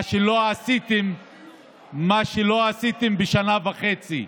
מה שלא עשיתם בשנה וחצי.